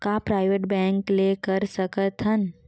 का private bank ले कर सकत हन?